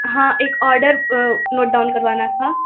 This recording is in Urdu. ہاں ایک آرڈر نوٹ ڈاؤن کروانا تھا